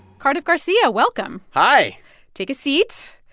cardiff garcia, welcome hi take a seat.